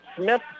Smith